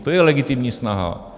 To je legitimní snaha.